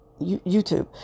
youtube